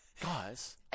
Guys